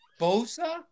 Bosa